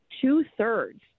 two-thirds